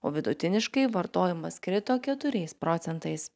o vidutiniškai vartojimas krito keturiais procentais